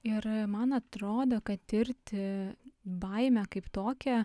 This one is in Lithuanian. ir man atrodo kad tirti baimę kaip tokią